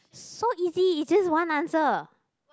so easy it's just one answer